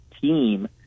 team